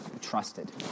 trusted